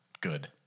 good